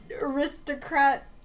aristocrat